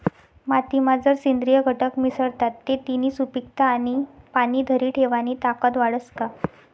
मातीमा जर सेंद्रिय घटक मिसळतात ते तिनी सुपीकता आणि पाणी धरी ठेवानी ताकद वाढस का?